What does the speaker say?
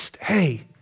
hey